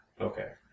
Okay